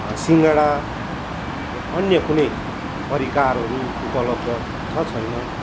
सिङ्गडा या अन्य कुनै परिकारहरू उपलब्ध छ छैन